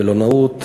המלונאות,